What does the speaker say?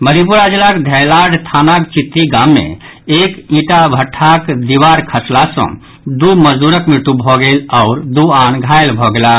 मधेपुरा जिलाक धैलाढ़ थानाक चित्ती गाम मे एक ईंटा भट्ठाक दीवार खसला सँ दू मजदूरक मृत्यु भऽ गेल आ दू आन घायल भऽ गेलाह